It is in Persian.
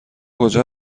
کجا